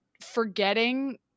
forgetting